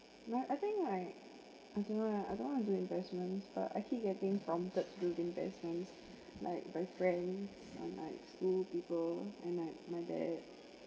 right I think I like I don't know leh I don't want to do investments but I keep getting prompted to do the investments like by friends um like school people and like my dad